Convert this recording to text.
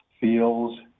feels